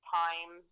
time